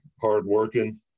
hardworking